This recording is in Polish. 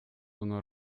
ono